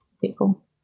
people